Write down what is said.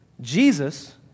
Jesus